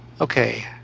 okay